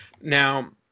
Now